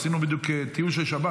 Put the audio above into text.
עשינו בדיוק טיול של שבת.